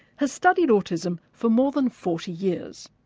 has studied autism for more than forty years.